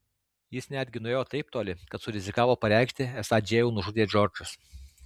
jis netgi nuėjo taip toli kad surizikavo pareikšti esą džėjų nužudė džordžas